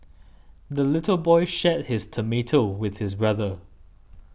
the little boy shared his tomato with his brother